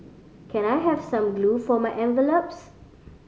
can I have some glue for my envelopes